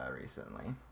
recently